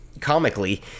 comically